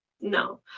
no